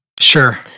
Sure